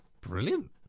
Brilliant